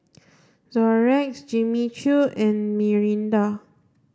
Xorex Jimmy Choo and Mirinda